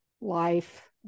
life